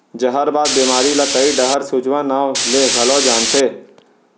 जहरबाद बेमारी ल कइ डहर सूजवा नांव ले घलौ जानथें